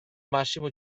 massimo